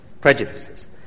prejudices